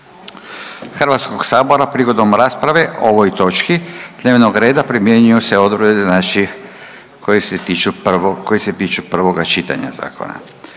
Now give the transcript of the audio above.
hrvatskog sabora. Prigodom rasprave o ovoj točki dnevnog reda primjenjuju se odredbe znači koje se tiču prvoga čitanja zakona.